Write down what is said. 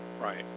Right